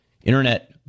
internet